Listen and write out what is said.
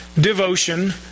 devotion